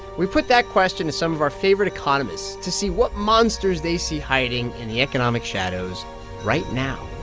we put that question to some of our favorite economists to see what monsters they see hiding in the economic shadows right now